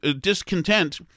discontent